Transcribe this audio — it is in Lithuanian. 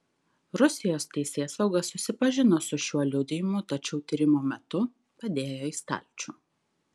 rusijos teisėsauga susipažino su šiuo liudijimu tačiau tyrimo metu padėjo į stalčių